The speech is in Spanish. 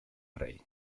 rey